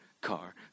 car